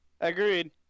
Agreed